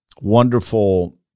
Wonderful